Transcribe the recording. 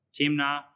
timnah